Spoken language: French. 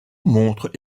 montre